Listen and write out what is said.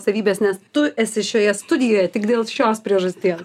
savybės nes tu esi šioje studijoje tik dėl šios priežasties